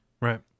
Right